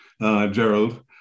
Gerald